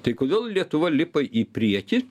tai kodėl lietuva lipa į priekį